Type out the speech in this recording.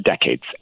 decades